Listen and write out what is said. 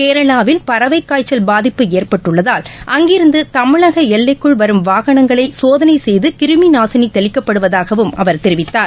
கேரளாவில் பறவைக்காய்ச்சல் பாதிப்பு ஏற்பட்டுள்ளதால் அங்கிருந்து தமிழக எல்லைக்குள் வரும் வாகனங்களை சோதனை செய்து கிருமி நாசினி தெளிக்கப்படுவதாகவும் அவர் தெரிவித்தார்